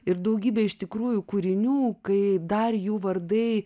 ir daugybė iš tikrųjų kūrinių kai dar jų vardai